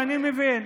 ואני מבין.